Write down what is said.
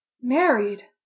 Married